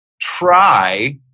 try